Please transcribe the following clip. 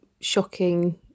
shocking